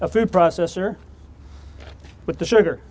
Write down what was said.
a food processor with the sugar